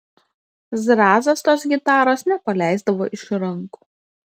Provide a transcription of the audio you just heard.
zrazas tos gitaros nepaleisdavo iš rankų